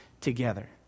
together